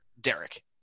Derek